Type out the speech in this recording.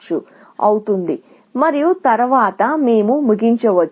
కాబట్టి ప్రస్తుతానికి మీరు గోల్ నోడ్ లేదా గోల్ నోడ్కు మార్గాన్ని ఎంచుకున్నప్పుడు మీరు ముగించవచ్చు